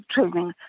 training